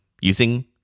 using